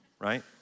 Right